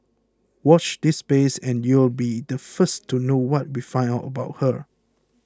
watch this space and you'll be the first to know what we find out about her